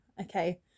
okay